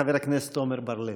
חבר הכנסת עמר בר לב.